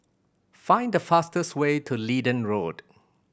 find the fastest way to Leedon Road